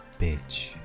bitch